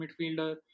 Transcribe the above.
midfielder